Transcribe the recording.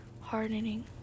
hardening